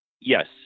yes